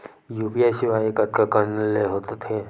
UPI सेवाएं कतका कान ले हो थे?